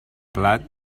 plat